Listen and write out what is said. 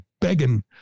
begging